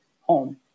home